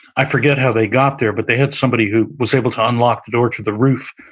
i forget how they got there, but they had somebody who was able to unlock the door to the roof,